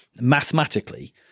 mathematically